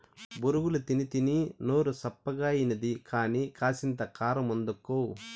బొరుగులు తినీతినీ నోరు సప్పగాయినది కానీ, కాసింత కారమందుకో